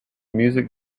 music